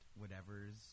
whatever's